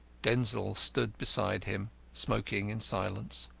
denzil stood beside him, smoking in silence.